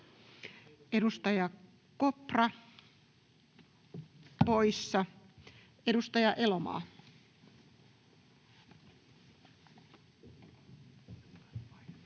Edustaja Lohi poissa. Edustaja Malm.